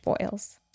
boils